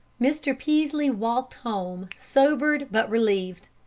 mr. peaslee walked home sobered but relieved.